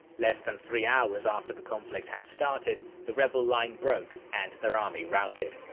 less than three hours after the conflict had started, the rebel line broke and their army routed.